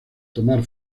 tomar